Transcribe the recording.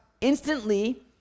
instantly